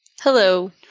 Hello